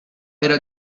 era